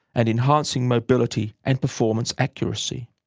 and enhancing mobility and performance accuracy.